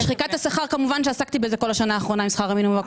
שחיקת השכר כמובן עסקתי בזה כל השנה האחרונה עם שכר המינימום,